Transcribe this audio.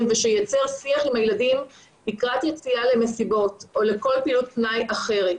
ושייצר שיח עם הילדים לקראת יציאה למסיבות או לכל פעילות פנאי אחרת.